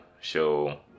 show